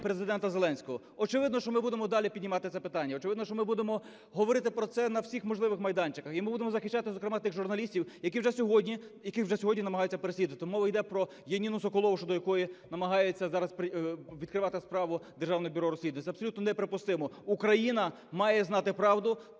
Президента Зеленського. Очевидно, що ми будемо далі піднімати це питання. Очевидно, що ми будемо говорити про це на всіх можливих майданчиках. І ми будемо захищати, зокрема, тих журналістів, яких вже сьогодні намагаються переслідувати. Мова йде про Яніну Соколову, щодо якої намагається зараз відкривати справу Державне бюро розслідувань. Це абсолютно неприпустимо. Україна має знати правду